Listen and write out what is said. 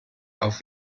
auf